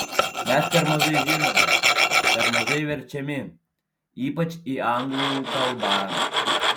mes per mažai žinomi per mažai verčiami ypač į anglų kalbą